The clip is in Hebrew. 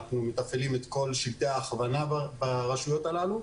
אנחנו מתפעלים את כל שלטי ההכוונה ברשויות הללו,